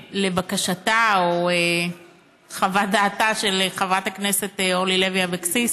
לבקשתה או לחוות דעתה של חברת הכנסת אורלי לוי אבקסיס,